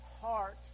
heart